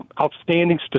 outstanding